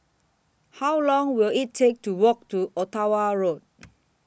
How Long Will IT Take to Walk to Ottawa Road